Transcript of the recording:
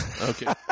Okay